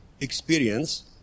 experience